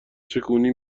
چکونی